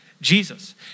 Jesus